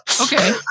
Okay